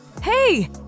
Hey